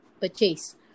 purchase